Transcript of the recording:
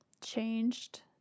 changed